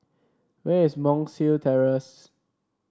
where is Monk's Hill Terrace